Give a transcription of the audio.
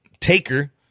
taker